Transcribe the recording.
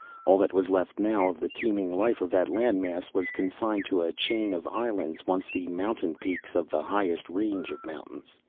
all that was left now of the teeming life of that land mass was confined to a chain of islands, once the mountain peaks of the highest range of mountains.